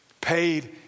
paid